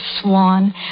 Swan